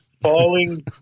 Falling